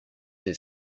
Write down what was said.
his